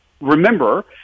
Remember